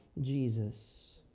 Jesus